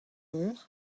nor